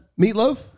meatloaf